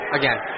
again